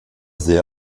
sehr